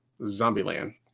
Zombieland